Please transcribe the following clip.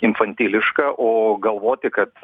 infantiliška o galvoti kad